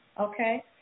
okay